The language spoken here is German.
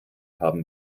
haben